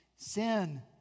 Sin